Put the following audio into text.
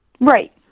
Right